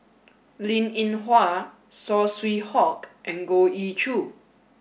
Linn In Hua Saw Swee Hock and Goh Ee Choo